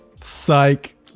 Psych